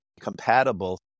compatible